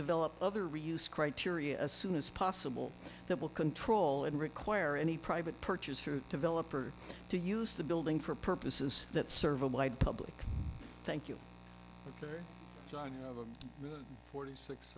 develop other reuse criteria as soon as possible that will control and require any private purchase for developers to use the building for purposes that serve a wide public thank you very forty six